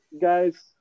guys